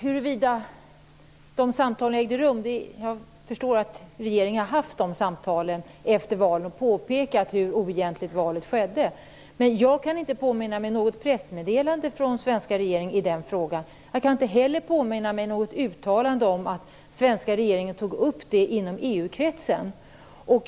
Fru talman! Jag förstår att regeringen har haft de samtalen efter valen och påpekat hur oegentligt valen skedde. Men jag kan inte påminna mig något pressmeddelande från svenska regeringen i den frågan. Jag kan inte heller påminna mig något uttalande om att den svenska regeringen tog upp den frågan inom EU kretsen.